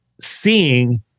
seeing